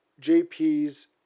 JP's